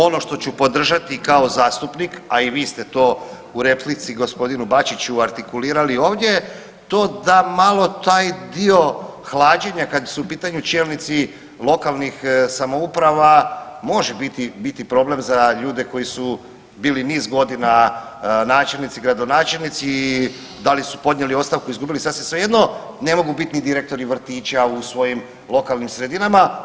Ono što ću podržati kao zastupnik, a i vi ste to u replici gospodinu Bačiću artikulirali ovdje to da malo taj dio hlađenja, kad su u pitanju čelnici lokalnih samouprava može biti problem za ljude koji su bili niz godina načelnici, gradonačelnici i da li su podnijeli ostavku, izgubili sasvim svejedno ne mogu biti niti direktori vrtića u svojim lokalnim sredinama.